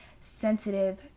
sensitive